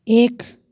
एक